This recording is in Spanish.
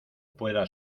pueda